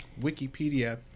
Wikipedia